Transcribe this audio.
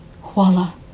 Voila